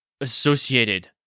Associated